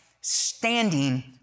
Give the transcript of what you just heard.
standing